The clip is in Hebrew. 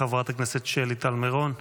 חברת הכנסת שלי טל מירון.